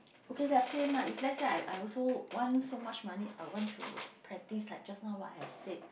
okay they're same lah if let's say I I also want so much money I want to practise like just now what I have said